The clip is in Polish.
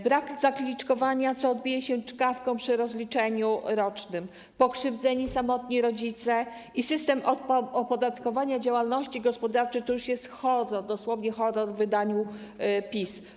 Brak zaliczkowania, co odbije się czkawką przy rozliczeniu rocznym, pokrzywdzeni samotni rodzice i system opodatkowania działalności gospodarczych - to już jest horror, dosłownie horror w wydaniu PiS.